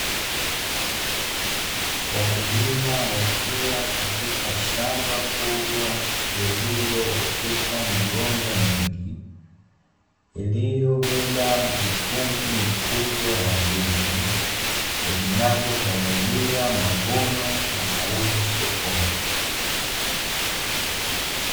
Wakulima wakiwa katika shamba kubwa, lililooteshwa migomba mingi iliyobeba mikungu mikubwa ya ndizi, zinazokaribia mavuno na mauzo sokoni.